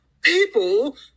people